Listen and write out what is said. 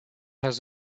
has